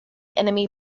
enemy